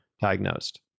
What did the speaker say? diagnosed